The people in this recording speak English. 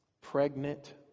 Pregnant